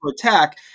attack